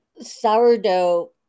sourdough